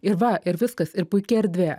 ir va ir viskas ir puiki erdvė